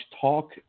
talk